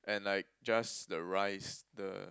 and like just the rice the